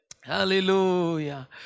hallelujah